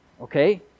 okay